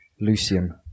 Lucian